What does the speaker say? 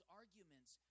arguments